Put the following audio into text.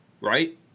Right